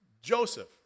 Joseph